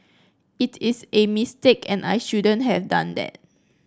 it is a mistake and I shouldn't have done that